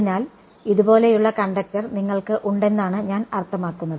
അതിനാൽ ഇതുപോലെയുള്ള കണ്ടക്ടർ നിങ്ങൾക്ക് ഉണ്ടെന്നാണ് ഞാൻ അർത്ഥമാക്കുന്നത്